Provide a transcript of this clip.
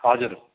हजुर